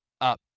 up